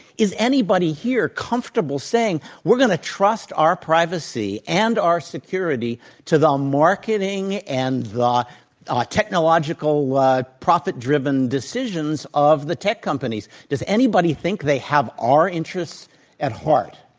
is anybody here comfortable saying, we're going to trust our privacy and our security to the um marketing and the ah technological profit-driven decisions of the tech companies? does anybody think they have our interests at heart,